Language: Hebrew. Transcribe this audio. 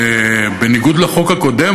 ובניגוד לחוק הקודם,